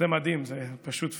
זה מדהים, זה פשוט פנטסטי,